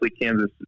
Kansas